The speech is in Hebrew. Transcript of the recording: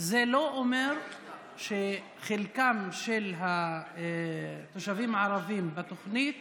זה לא אומר שחלקם של התושבים הערבים בתוכנית